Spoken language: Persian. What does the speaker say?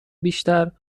بیشتر